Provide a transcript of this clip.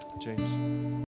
James